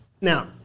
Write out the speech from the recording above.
Now